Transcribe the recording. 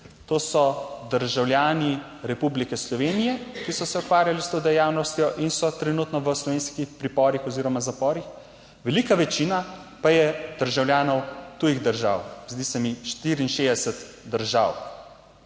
To so državljani Republike Slovenije, ki so se ukvarjali s to dejavnostjo in so trenutno v slovenskih priporih oziroma zaporih, velika večina pa je državljanov tujih držav, zdi se mi 64 držav.